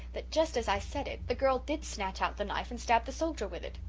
that just as i said it, the girl did snatch out the knife and stab the soldier with it!